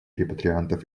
репатриантов